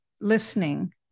listening